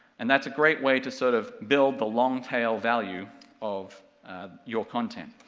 and that's a great way to sort of build the long tail value of your content.